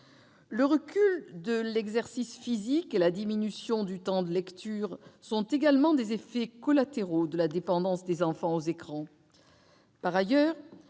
Le recul de l'exercice physique et la diminution du temps de lecture sont aussi des effets collatéraux de la dépendance des enfants aux écrans.